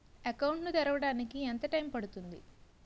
Account ను తెరవడానికి ఎంత టైమ్ పడుతుంది?